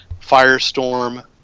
Firestorm